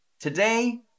Today